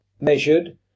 measured